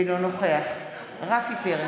אינו נוכח רפי פרץ,